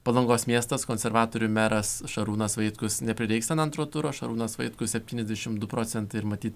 palangos miestas konservatorių meras šarūnas vaitkus neprireiks ten antro turo šarūnas vaitkus septyniasdešimt du procentai ir matyt